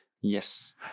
Yes